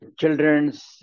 children's